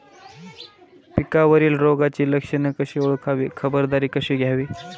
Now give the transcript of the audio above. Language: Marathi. पिकावरील रोगाची लक्षणे कशी ओळखावी, खबरदारी कशी घ्यावी?